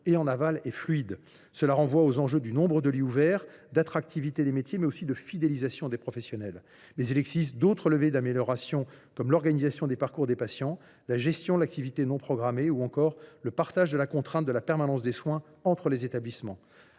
et en aval, est fluide. Cela renvoie aux enjeux du nombre de lits ouverts, d’attractivité des métiers et de fidélisation des professionnels. Mais il existe d’autres leviers d’amélioration, comme l’organisation des parcours des patients, la gestion de l’activité non programmée, ou encore le partage de la contrainte de la permanence des soins entre les établissements.